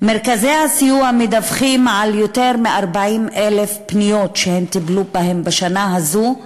מרכזי הסיוע מדווחים על יותר מ-40,000 פניות שהם טיפלו בהן בשנה הזאת,